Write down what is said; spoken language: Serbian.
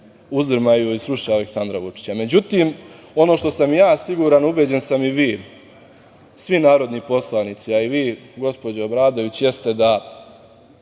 uzdrmaju i sruše Aleksandra Vučića.Međutim, ono što sam i ja siguran i ubeđen sam i vi, svi narodni poslanici, a i vi gospođo Obradović, jeste da